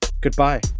Goodbye